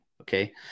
okay